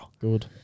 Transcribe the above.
Good